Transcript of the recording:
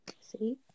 See